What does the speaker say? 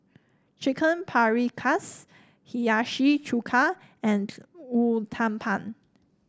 Chicken Paprikas Hiyashi Chuka and Uthapam